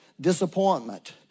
Disappointment